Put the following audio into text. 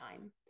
time